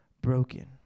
broken